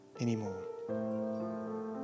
anymore